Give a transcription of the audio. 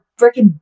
freaking